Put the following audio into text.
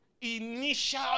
initial